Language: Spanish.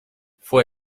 fue